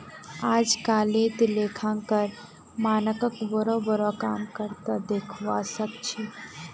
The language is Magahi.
अजकालित लेखांकन मानकक बोरो बोरो काम कर त दखवा सख छि